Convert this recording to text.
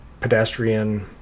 pedestrian